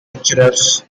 adventurers